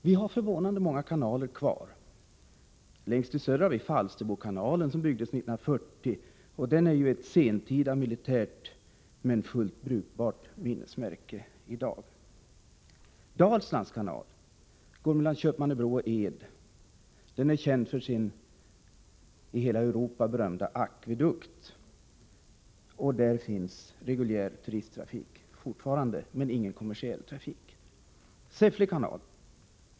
Vi har förvånande många kanaler kvar. Längst i söder har vi Falsterbokanalen, som byggdes 1940. Den är ett sentida militärt, men fullt brukbart minnesmärke i dag. Dalslands kanal går mellan Köpmannebro och Ed. Den är känd i hela Europa för sin berömda akvedukt.